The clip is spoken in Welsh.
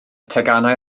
teganau